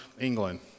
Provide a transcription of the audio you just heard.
England